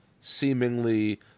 seemingly